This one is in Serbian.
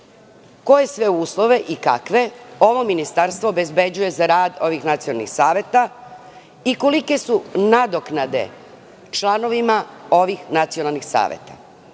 koje sve uslove i kakve ovo ministarstvo obezbeđuje za rad ovih nacionalnih saveta i kolike su nadoknade članovima ovih nacionalnih saveta?